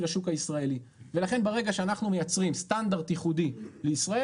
השוק הישראלי ולכן ברגע שאנחנו מייצרים סטנדרט ייחודי לישראל